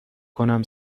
کنم